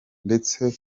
ndetse